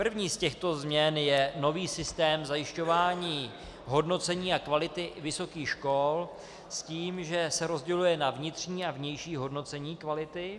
První z těchto změn je nový systém zajišťování hodnocení a kvality vysokých škol, s tím že se rozděluje na vnitřní a vnější hodnocení kvality.